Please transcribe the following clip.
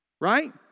Right